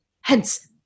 Hence